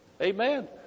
Amen